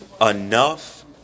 enough